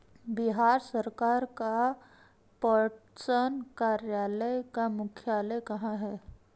बिहार सरकार का पटसन कार्यालय का मुख्यालय कहाँ है?